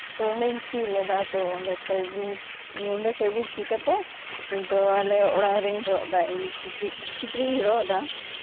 ᱛᱚ ᱚᱸᱰᱮᱧ ᱪᱮᱫ ᱞᱮᱫᱟ ᱛᱚ ᱚᱸᱰᱮ ᱠᱷᱚᱡ ᱜᱮᱧ ᱱᱚᱰᱮ ᱠᱷᱚᱡ ᱜᱮ ᱪᱮᱫ ᱠᱟᱛᱮ ᱱᱤᱛᱚᱜ ᱟᱞᱮ ᱚᱲᱟᱜ ᱨᱮᱧ ᱨᱚᱜ ᱫᱟ ᱤᱧ ᱠᱤᱪᱨᱤᱡ ᱠᱤᱪᱨᱤᱡ ᱤᱧ ᱨᱚᱜ ᱮᱫᱟ